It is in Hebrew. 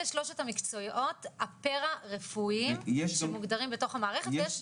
אלה שלושת המקצועות הפרה רפואיים שמוגדרים בתוך המערכת.